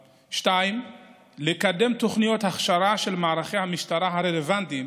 2. לקדם תוכניות הכשרה של מערכי המשטרה הרלוונטיים